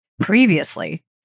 previously